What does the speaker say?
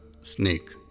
snake